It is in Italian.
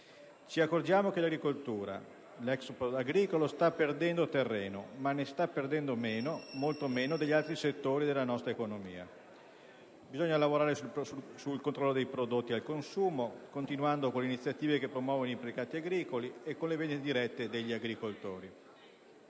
Ci accorgiamo che l'agricoltura, l'*export* agricolo sta perdendo terreno, ma ne sta perdendo meno, molto meno, di altri settori della nostra economia. Bisogna lavorare sul controllo dei prezzi al consumo continuando a portare avanti iniziative che promuovano i mercati agricoli con le vendite dirette degli agricoltori.